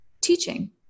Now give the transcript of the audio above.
teaching